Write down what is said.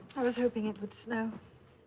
i was hoping it would snow.